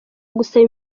gusaba